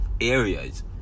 Areas